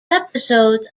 episodes